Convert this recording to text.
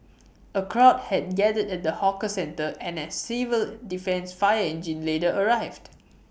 A crowd had gathered at the hawker centre and A civil defence fire engine later arrived